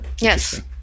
Yes